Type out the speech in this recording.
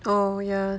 orh ya